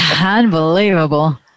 Unbelievable